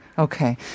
Okay